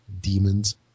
demons